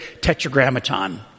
tetragrammaton